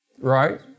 right